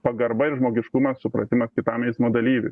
pagarba ir žmogiškumas supratimas kitam eismo dalyviui